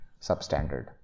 substandard